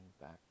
back